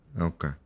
Okay